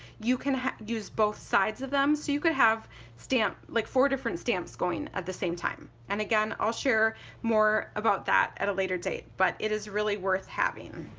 you can use both sides of them so you could have like four different stamps going at the same time and again i'll share more about that at a later date but it is really worth having.